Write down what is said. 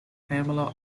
pamela